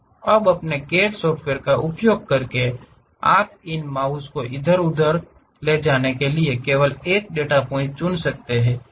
अब अपने CAD software का उपयोग करके आप अपने माउस को इधर उधर ले जाने के लिए केवल एक डेटा पॉइंट चुन सकते हैं